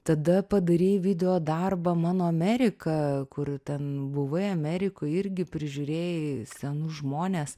tada padarei video darbą mano amerika kur ten buvai amerikoj irgi prižiūrėjai senus žmones